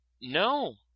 No